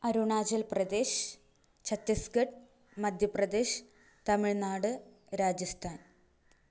Arunachal Pradesh Chhattisgarh Madhya Pradesh Tamil Nadu Rajasthan